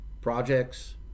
projects